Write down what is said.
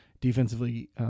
defensively –